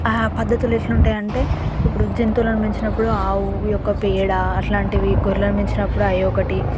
ఆ పద్ధతులు ఎట్లుంటాయంటే ఇప్పుడు జంతువులను పెంచినప్పుడు ఆవు యొక్క పేడ అట్లాంటివి గొర్రెలను పెంచినప్పుడు అయొకటి